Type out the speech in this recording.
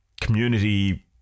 community